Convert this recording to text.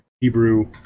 Hebrew